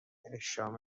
احشام